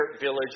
village